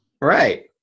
Right